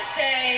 say